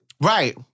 right